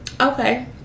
Okay